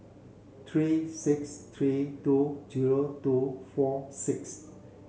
three six three two zero two four six